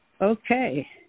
Okay